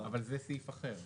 נכון, אבל זה סעיף אחר.